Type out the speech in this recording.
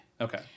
Okay